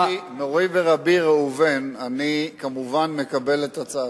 מורי ורבי ראובן, אני כמובן מקבל את הצעתך.